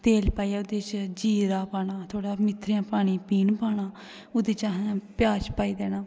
तेल पाइयै ओह्दे च जीरा पाना थोह्ड़ा मेथरें दा पानी पीह्न पाना ओह्दे च असें प्याज़ पाई देना